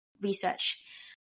research